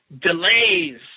delays